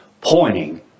pointing